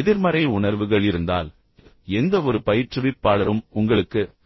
எதிர்மறை உணர்வுகள் இருந்தால் எந்தவொரு பயிற்றுவிப்பாளரும் உங்களுக்கு உதவப்போவதில்லை